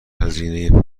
هزینه